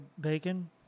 bacon